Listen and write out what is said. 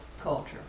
culture